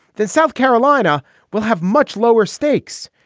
then south carolina will have much lower stakes.